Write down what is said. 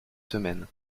semaines